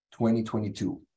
2022